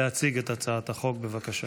להציג את הצעת החוק, בבקשה.